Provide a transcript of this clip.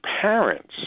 parents